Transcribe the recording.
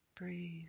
Breathe